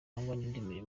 buri